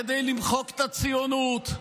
כדי למחוק את הציונות,